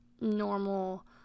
normal